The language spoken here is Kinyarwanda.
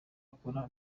akora